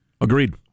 Agreed